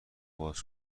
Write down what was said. باز